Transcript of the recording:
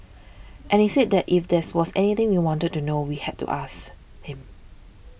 and he said that if there's was anything we wanted to know we had to ask him